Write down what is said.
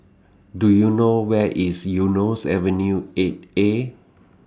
Do YOU know Where IS Eunos Avenue eight A